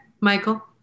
Michael